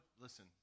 listen